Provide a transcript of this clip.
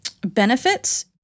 benefits